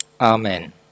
Amen